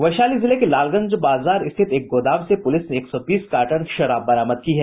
वैशाली जिले के लालगंज बाजार स्थित एक गोदाम से पुलिस ने एक सौ बीस कार्टन शराब बरामद की है